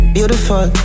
Beautiful